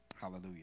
Hallelujah